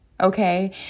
Okay